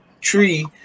tree